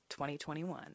2021